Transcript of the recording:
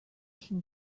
can